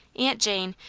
aunt jane,